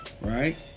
right